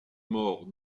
maures